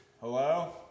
Hello